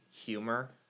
humor